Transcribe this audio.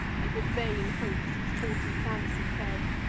and with vain hopes his haughty fancy fed.